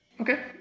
Okay